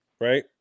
right